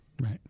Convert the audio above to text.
Right